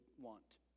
want